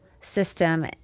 system